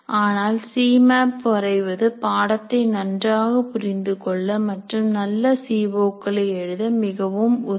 ஆனால் C map வரைவது பாடத்தை நன்றாக புரிந்து கொள்ள மற்றும் நல்ல சீ ஓக்களை எழுத மிகவும் உதவும்